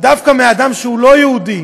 שדווקא מאדם שהוא לא יהודי,